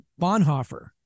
Bonhoeffer